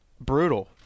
brutal